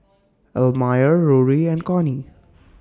Elmire Rory and Connie